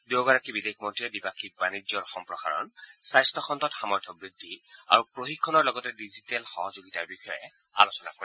দুয়োগৰাকী বিদেশ মন্ৰীয়ে দ্বিপাক্ষিক বাণিজ্য সম্প্ৰসাৰণ স্বাস্থখণ্ডত সক্ষমতা বৃদ্ধি আৰু প্ৰশিক্ষণ লগতে ডিজিটেল সহযোগিতাৰ বিষয়ে আলোচনা কৰে